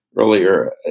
earlier